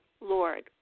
Lord